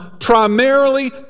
primarily